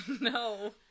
No